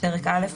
(2)לעניין פרקים ג'